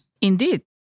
Indeed